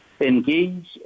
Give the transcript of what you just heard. engage